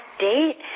date